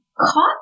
caught